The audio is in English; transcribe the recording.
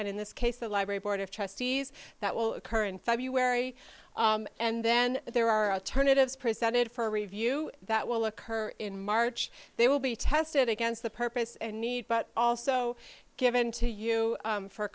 and in this case the library board of trustees that will occur in february and then there are a turn it is presented for review that will occur in march they will be tested against the purpose and need but also given to you